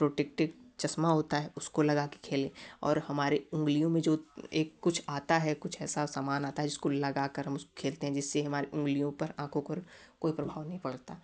protected चश्मा होता है उसको लगा के खेलें और हमारे उंगलियों में जो एक कुछ आता है कुछ ऐसा सामान आता है जिसको लगा कर हम उसको खेलते हैं जिससे हमारे उंगलियों पर आँखों पर कोई प्रभाव नहीं पड़ता